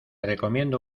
recomiendo